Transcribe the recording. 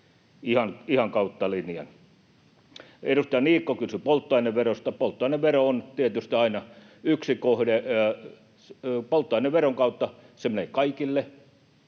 ihan kautta linjan. Edustaja Niikko kysyi polttoaineverosta. Polttoainevero on tietysti aina yksi kohde. Polttoaineveron kautta se menee kaikille.